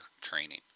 training